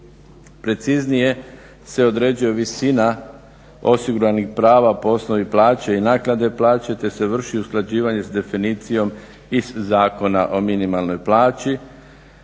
Preciznije se određuje visina osiguranih prava po osnovi plaće i naknade plaće, te se vrši usklađivanje s definicijom iz Zakona o minimalnoj plaći